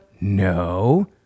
No